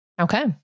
Okay